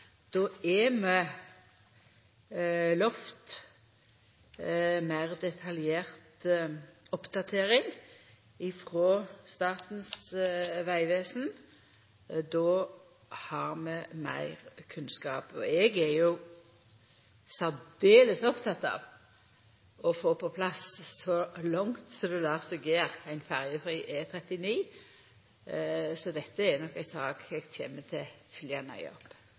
er vi lova ei meir detaljert oppdatering frå Statens vegvesen, og då har vi meir kunnskap. Eg er særdeles oppteken av å få på plass, så langt det lèt seg gjera, ein ferjefri E39. Så dette er nok ei sak eg kjem til